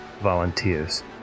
volunteers